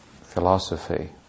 philosophy